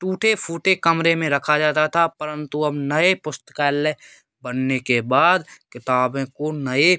टूटे फूटे कमरे में रखा जाता था परंतु अब नए पुस्तकालय बनने के बाद किताबों को नए